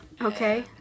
Okay